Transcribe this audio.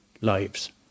lives